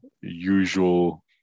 usual